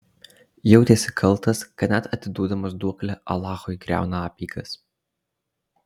jautėsi kaltas kad net atiduodamas duoklę alachui griauna apeigas